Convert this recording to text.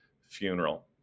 funeral